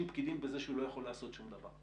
פקידים בזה שהוא לא יכול לעשות שום דבר.